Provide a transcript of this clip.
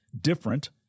different